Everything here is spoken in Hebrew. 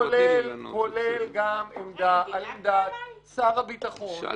-- כולל גם עמדה של שר הביטחון -- מה,